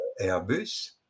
Airbus